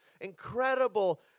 incredible